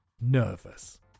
nervous